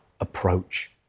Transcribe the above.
approach